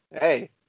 hey